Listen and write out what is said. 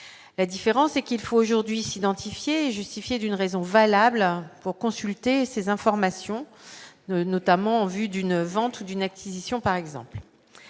la différence c'est qu'il faut aujourd'hui s'identifier et justifier d'une raison valable pour consulter ces informations notamment en vue d'une vente ou d'une acquisition, par exemple,